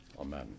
Amen